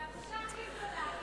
זו הבושה הכי גדולה,